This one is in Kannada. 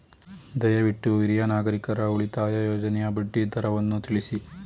ದಯವಿಟ್ಟು ಹಿರಿಯ ನಾಗರಿಕರ ಉಳಿತಾಯ ಯೋಜನೆಯ ಬಡ್ಡಿ ದರವನ್ನು ತಿಳಿಸಿ